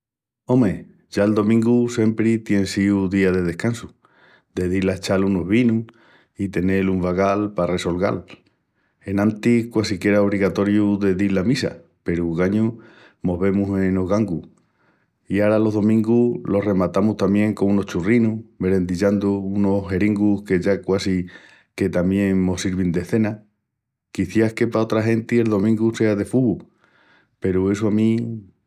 Ome, ya'l domingu siempri tien síu día de descansu, de dil a echal unus vinus i tenel un vagal pa resolgal. Enantis quasi qu'era obrigau de dil a misa peru ogañu mos vemus enos gangus. I ara los domingus los rematamus tamién con unus churrinus, merendillandu unus churrus que ya quasi que tamién mos sirvin de cena. Quiciás que pa otra genti el domingu sea de fubu peru essu a mí...